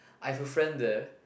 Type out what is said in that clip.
I have a friend there